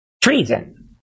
treason